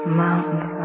mountains